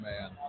man